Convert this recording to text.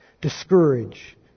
discourage